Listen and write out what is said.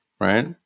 Right